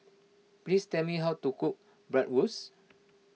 please tell me how to cook Bratwurst